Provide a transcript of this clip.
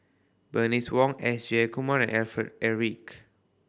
Bernice Wong S Jayakumar and Alfred Eric